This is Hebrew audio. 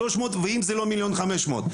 1.300 מיליון ו- 1.500 מיליון,